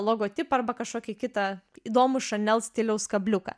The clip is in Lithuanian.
logotipą arba kažkokį kitą įdomų chanel stiliaus kabliuką